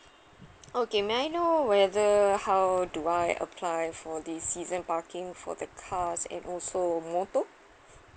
okay may I know whether how do I apply for this season parking for the car and also motor